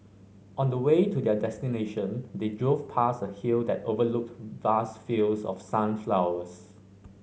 on the way to their destination they drove past a hill that overlooked vast fields of sunflowers